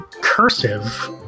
cursive